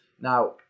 Now